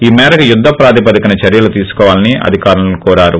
ఈ మేరకు యుద్ల ప్రాతిపదికన చర్యలు తీసుకోవాలని అధికారులను కోరారు